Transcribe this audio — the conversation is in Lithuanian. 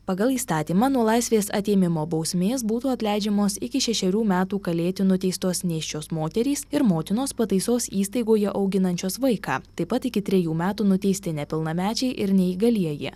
pagal įstatymą nuo laisvės atėmimo bausmės būtų atleidžiamos iki šešerių metų kalėti nuteistos nėščios moterys ir motinos pataisos įstaigoje auginančios vaiką taip pat iki trejų metų nuteisti nepilnamečiai ir neįgalieji